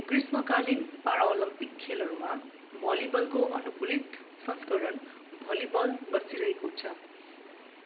ग्रीष्मकालीन पाराओलम्पिक खेलहरूमा भलिबलको अनुकूलित संस्करण भलिबल बचिरहेको छ